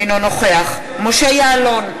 אינו נוכח משה יעלון,